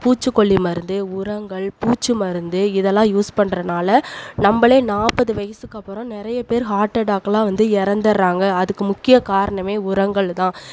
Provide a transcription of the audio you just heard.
பூச்சிக்கொல்லி மருந்து உரங்கள் பூச்சு மருந்து இதல்லாம் யூஸ் பண்றதனால நம்மளே நாற்பது வயசுக்கு அப்றம் நிறைய பேர் ஹார்டடேக்லாம் வந்து இறந்துர்றாங்க அதுக்கு முக்கிய காரணமே உரங்கள்தான்